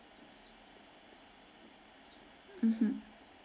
mmhmm